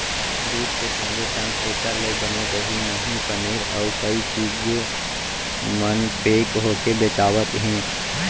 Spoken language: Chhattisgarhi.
दूद के संगे संग एकर ले बने दही, मही, पनीर, अउ कई चीज मन पेक होके बेचावत हें